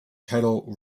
title